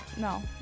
No